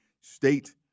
state